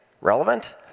relevant